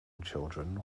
children